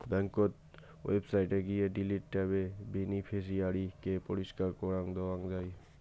ব্যাংকোত ওয়েবসাইটে গিয়ে ডিলিট ট্যাবে বেনিফিশিয়ারি কে পরিষ্কার করাং দেওয়াং যাই